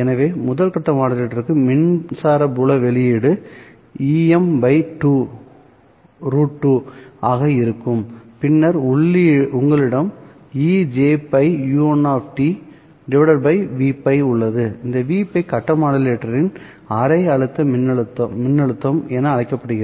எனவே முதல் கட்ட மாடுலேட்டருக்கு மின்சார புல வெளியீடு எம் √2 Em√2ஆக இருக்கும்பின்னர் உங்களிடம் e jπ u1 Vπ உள்ளது இந்த Vπ கட்ட மாடுலேட்டரின் அரை அலை மின்னழுத்தம் என அழைக்கப்படுகிறது